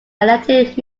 elected